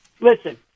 listen